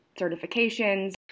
certifications